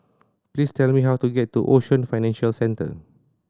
please tell me how to get to Ocean Financial Centre